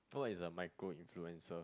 what is a microinfluencer